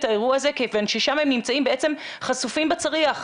האירוע הזה כיוון ששם בעצם הם נמצאים חשופים בצריח.